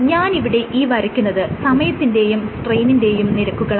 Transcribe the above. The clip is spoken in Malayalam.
ഞാൻ ഇവിടെ ഈ വരക്കുന്നത് സമയത്തിന്റെയും സ്ട്രെയ്നിന്റെയും നിരക്കുകളാണ്